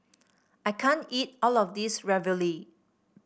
I can't eat all of this Ravioli